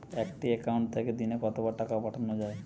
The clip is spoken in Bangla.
একটি একাউন্ট থেকে দিনে কতবার টাকা পাঠানো য়ায়?